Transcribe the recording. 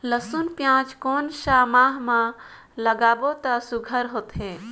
लसुन पियाज कोन सा माह म लागाबो त सुघ्घर होथे?